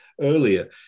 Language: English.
earlier